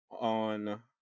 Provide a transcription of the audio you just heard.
on